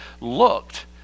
looked